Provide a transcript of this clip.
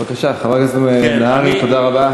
בבקשה, חבר הכנסת נהרי, תודה רבה.